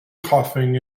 coughing